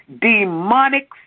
demonic